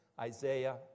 Isaiah